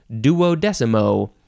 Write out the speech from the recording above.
duodecimo